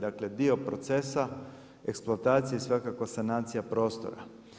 Dakle, dio procesa eksploatacije je svakako sanacija prostora.